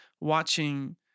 watching